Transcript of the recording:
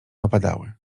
opadały